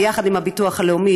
יחד עם הביטוח הלאומי,